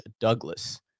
Douglas